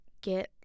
get